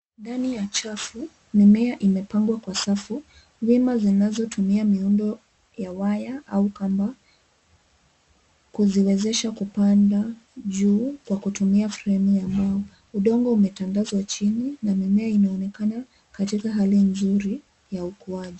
Ndani ya chafu, mimea imepangwa kwa safu vima zinazotumia miundo ya waya au kamba, kuziwezesha kupanda juu kwa kutumia fremu ya mbao. Udongo umetandazwa chini na mimea inaonekana katika hali nzuri ya ukuaji.